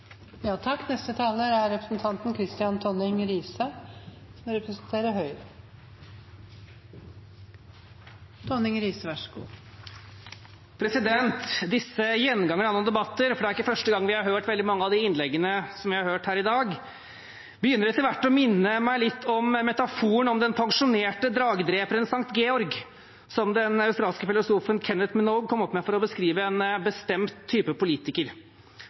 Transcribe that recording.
Disse gjengangerne av noen debatter – for det er ikke første gang vi har hørt veldig mange av de innleggene som vi har hørt her i dag – begynner etter hvert å minne meg litt om metaforen om den pensjonerte dragedreperen Sankt Georg, som den australske filosofen Kenneth Minogue kom opp med for å beskrive en bestemt type politiker.